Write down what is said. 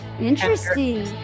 Interesting